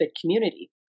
community